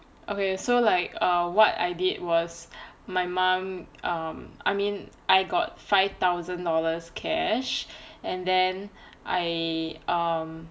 okay so like err what I did was my mum um I mean I got five thousand dollars cash and then I um